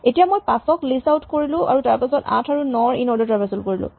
এতিয়া মই ৫ ক লিষ্ট আউট কৰিলোঁ আৰু তাৰপাছত ৮ আৰু ৯ ৰ ইনঅৰ্ডাৰ ট্ৰেভাৰছেল কৰিলোঁ